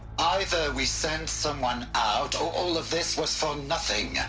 either we send someone out, or all of this was for nothing!